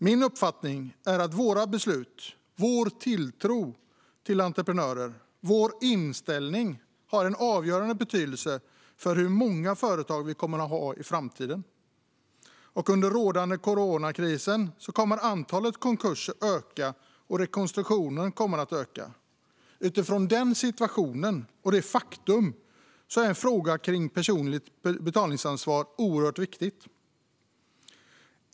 Min uppfattning är att våra beslut, vår tilltro till entreprenörer och vår inställning har en avgörande betydelse för hur många företag vi kommer att ha i framtiden. Under den rådande coronakrisen kommer antalet konkurser och rekonstruktioner att öka. Utifrån den situationen och detta faktum är frågan om det personliga betalningsansvaret oerhört viktig.